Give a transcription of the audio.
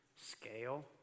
scale